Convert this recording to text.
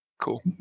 Cool